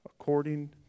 According